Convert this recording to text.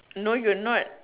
no you're not